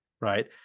right